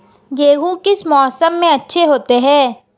गेहूँ किस मौसम में अच्छे होते हैं?